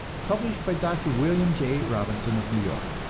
published by dr. wm. j. robinson of new york,